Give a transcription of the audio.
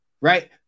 right